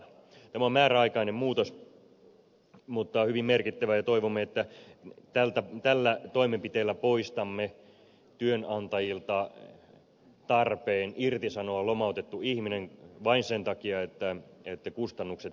tämä on määräaikainen muutos mutta hyvin merkittävä ja toivomme että tällä toimenpiteellä poistamme työnantajilta tarpeen irtisanoa lomautettu ihminen vain sen takia että kustannukset pienenisivät